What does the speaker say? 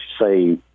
say